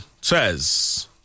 says